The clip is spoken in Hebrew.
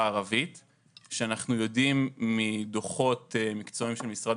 הערבית שאנחנו יודעים מדוחות מקצועיים של משרד